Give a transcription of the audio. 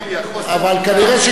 ונתנו לו להתגבר על זה.